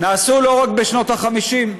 נעשו לא רק בשנות ה-50,